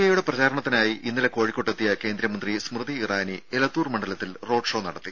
A യുടെ പ്രചാരണത്തിനായി ഇന്നലെ കോഴിക്കോട്ടെത്തിയ കേന്ദ്രമന്ത്രി സ്മൃതി ഇറാനി എലത്തൂർ മണ്ഡലത്തിൽ റോഡ് ഷോ നടത്തി